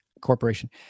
corporation